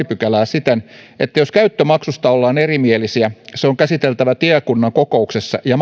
pykälää siten että jos käyttömaksusta ollaan erimielisiä se on käsiteltävä tiekunnan kokouksessa ja